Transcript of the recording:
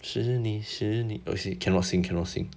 是你是你 oh shit cannot sing cannot sing